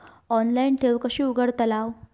Online ठेव कशी उघडतलाव?